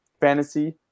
fantasy